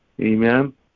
Amen